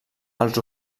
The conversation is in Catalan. els